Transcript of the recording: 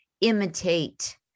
imitate